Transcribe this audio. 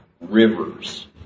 Rivers